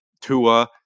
Tua